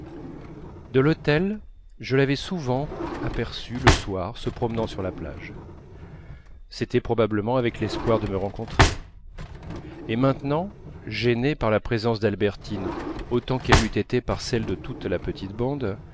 de l'hôtel je l'avais souvent aperçue le soir se promenant sur la plage c'était probablement avec l'espoir de me rencontrer et maintenant gênée par la présence d'albertine autant qu'elle l'eût été par celle de toute la bande